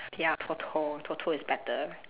ya TOTO TOTO is better